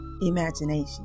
imagination